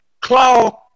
Claw